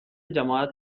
جماعت